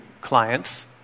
clients